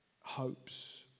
hopes